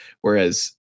Whereas